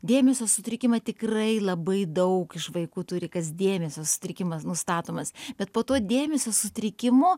dėmesio sutrikimai tikrai labai daug iš vaikų turi kas dėmesio sutrikimas nustatomas bet po tuo dėmesio sutrikimu